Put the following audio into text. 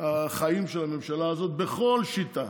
החיים של הממשלה הזאת, בכל שיטה: